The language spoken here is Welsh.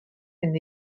hyn